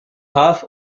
half